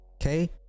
okay